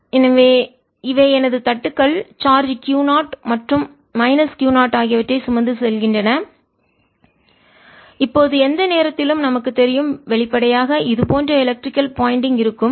எனவே இவை எனது தட்டுகள் சார்ஜ் Q 0 மற்றும் மைனஸ் Q 0 ஆகியவற்றைச் சுமந்து செல்கின்றன இப்போது எந்த நேரத்திலும் நமக்குத் தெரியும் வெளிப்படையாக இது போன்ற எலக்ட்ரிகல் பாயிண்டிங் மின் சுட்டிக்காட்டி இருக்கும்